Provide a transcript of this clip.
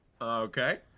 okay